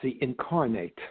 incarnate